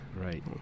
right